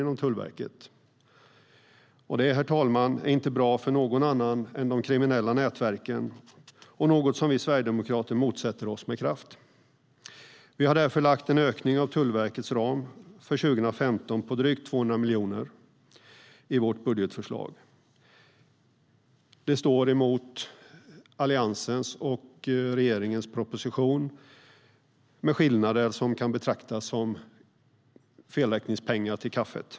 Det, herr talman, är inte bra för någon annan än de kriminella nätverken och något som vi sverigedemokrater motsätter oss med kraft. Vi har därför i vårt budgetförslag en ökning av Tullverkets ram för 2015 med drygt 200 miljoner. Det står mot Alliansens förslag och regeringens proposition. Det är skillnader som i sammanhanget kan betraktas som felräkningspengar.